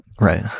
Right